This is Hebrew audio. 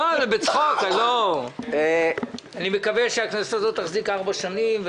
אני מקווה שהכנסת הזאת תחזיק ארבע שנים.